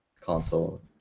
console